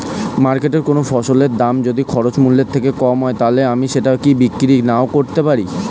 মার্কেটৈ কোন ফসলের দাম যদি খরচ মূল্য থেকে কম হয় তাহলে আমি সেটা কি বিক্রি নাকরতেও পারি?